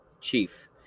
Chief